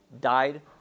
died